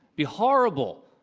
be horrible.